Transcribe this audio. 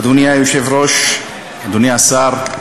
אדוני היושב-ראש, אדוני השר,